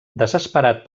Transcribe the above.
desesperat